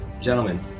gentlemen